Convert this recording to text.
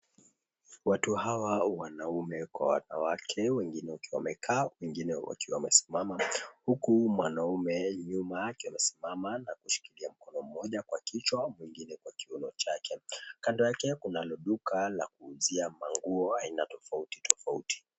Watu hawa wanaume kwa wanawake wengine wakiwa wamekaa na wengine wakiwa wamesimama huku mwanaume nyuma yake akiwa amesimama na kushikilia mkono mmoja kwa kichwa na mwingine kwa kiuno chake kando yake, kuna duka la kuuzia manguo ya aina tofauti tofauti.